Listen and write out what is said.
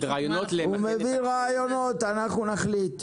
הוא מביא רעיונות, אנחנו נחליט.